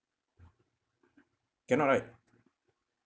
cannot right